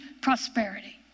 prosperity